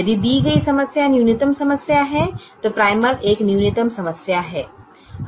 यदि दी गई समस्या न्यूनतम समस्या है तो प्राइमल एक न्यूनतम समस्या है